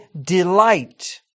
delight